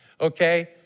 okay